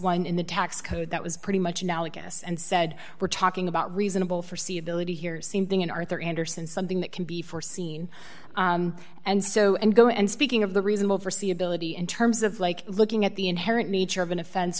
in the tax code that was pretty much analogous and said we're talking about reasonable forsee ability here seem thing in arthur andersen something that can be foreseen and so and go and speaking of the reasons oversee ability in terms of like looking at the inherent nature of an offen